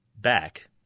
Back